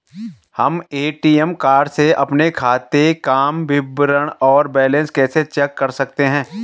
हम ATM card से अपने खाते काम विवरण और बैलेंस कैसे चेक कर सकते हैं?